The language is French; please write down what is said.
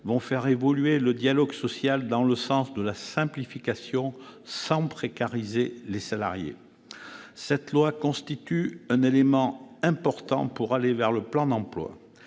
feront évoluer le dialogue social dans le sens de la simplification, sans précariser les salariés. Ce texte constitue un élément important pour aller vers le plein emploi